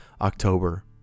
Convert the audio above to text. October